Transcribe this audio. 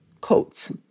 coats